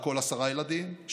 על כל עשרה ילדים,